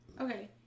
Okay